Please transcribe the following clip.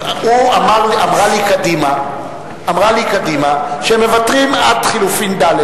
אמרה לי קדימה שהם מוותרים עד לחלופין ד'.